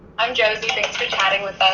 i'm josie thanks for chatting with us.